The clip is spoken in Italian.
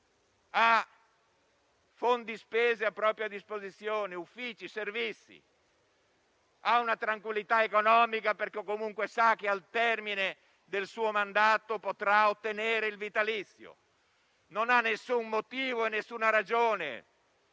Ha fondi spesi a propria disposizione, uffici, servizi; ha una tranquillità economica, perché comunque sa che al termine del suo mandato potrà ottenere il vitalizio. Non ha alcun motivo e alcuna ragione